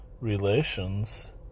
relations